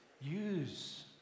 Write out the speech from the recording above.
Use